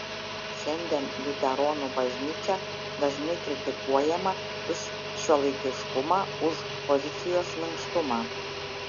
šiandien liuteronų bažnyčia dažnai kritikuojama už šiuolaikiškumą už pozicijos minkštumą